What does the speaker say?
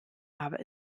aber